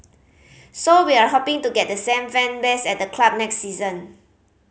so we're hoping to get the same fan base at the club next season